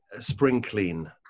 sprinkle